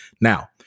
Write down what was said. Now